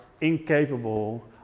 incapable